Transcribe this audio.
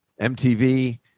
MTV